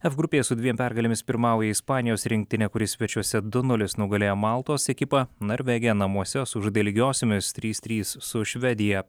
ef grupėje su dviem pergalėmis pirmauja ispanijos rinktinė kuri svečiuose du nulis nugalėjo maltos ekipą norvegija namuose sužaidė lygiosiomis trys trys su švedija